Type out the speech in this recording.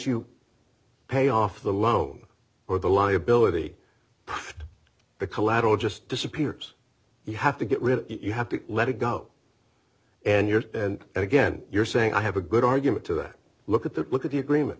you pay off the loan or the liability the collateral just disappears you have to get rid of it you have to let it go and years and again you're saying i have a good argument to that look at that look at the agreement